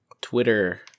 Twitter